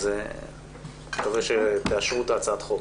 אז אני מקווה שתאשרו את הצעת החוק.